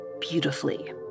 beautifully